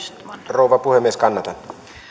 rouva puhemies kannatan